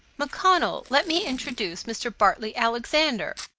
macconnell, let me introduce mr. bartley alexander.